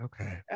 okay